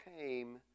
came